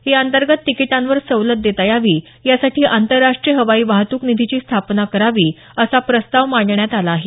याअंतर्गत तिकीटांवर सवलत देता यावी यासाठी आंतरराष्ट्रीय हवाई वाहतूक निधीची स्थापना करावी असा प्रस्ताव मांडण्यात आला आहे